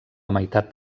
meitat